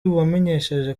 wamenyesheje